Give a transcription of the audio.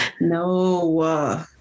No